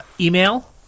email